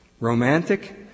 Romantic